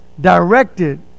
directed